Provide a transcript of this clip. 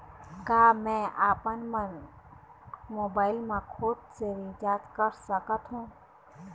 का मैं आपमन मोबाइल मा खुद से रिचार्ज कर सकथों?